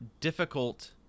difficult